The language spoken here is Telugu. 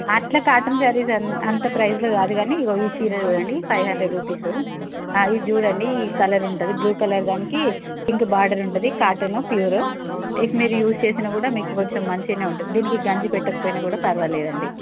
అట్ల కాటన్ శారీస్ అంత ప్రైస్లో రాదు కానీ ఇదిగో ఈ చీర చూడండి ఫైవ్ హండ్రెడ్ రూపీసు ఇది చూడండి ఈ కలర్ ఉంటుంది బ్ల్యూ కలర్ దానికి పింక్ బార్డర్ ఉంటుంది కాటను ప్యూర్ వీటిని రీయూస్ చేసిన కూడా కొంచెం మంచిగా ఉంటుంది దీనికి గంజి పెట్టకపోయిన కూడా పర్వాలేదండి